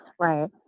right